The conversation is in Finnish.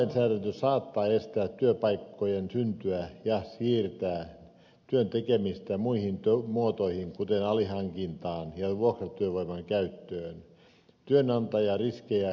työlainsäädäntö saattaa estää työpaikkojen syntyä ja siirtää työn tekemistä muihin muotoihin kuten alihankintaan ja vuokratyövoiman käyttöön